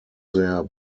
their